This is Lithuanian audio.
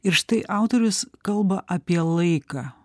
ir štai autorius kalba apie laiką